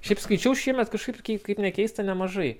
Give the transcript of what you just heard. šiaip skaičiau šiemet kažkaip kaip ne keista nemažai